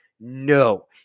No